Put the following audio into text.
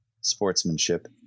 sportsmanship